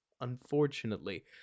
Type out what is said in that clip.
unfortunately